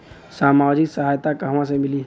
सामाजिक सहायता कहवा से मिली?